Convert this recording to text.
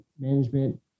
management